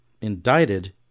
indicted